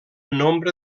nombre